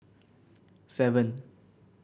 seven